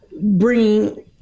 bringing